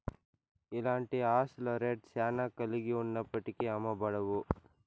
ఇలాంటి ఆస్తుల రేట్ శ్యానా కలిగి ఉన్నప్పటికీ అమ్మబడవు